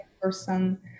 person